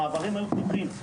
המעברים היו פתוחים.